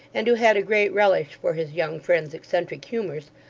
and who had a great relish for his young friend's eccentric humours,